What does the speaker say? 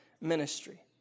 ministry